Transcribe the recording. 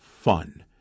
fun